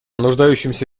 нуждающимся